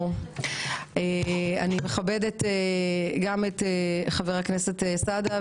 אני מכבדת את חבר הכנסת סעדה,